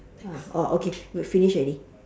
oh okay we finish already